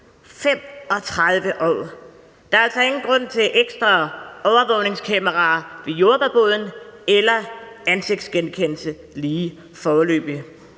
35 år! Der er altså ingen grund til ekstra overvågningskameraer ved jordbærboden eller ansigtsgenkendelse lige foreløbig.